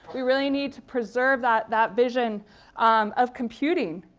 we really need to preserve that that vision of computing.